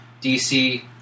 DC